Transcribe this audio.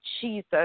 Jesus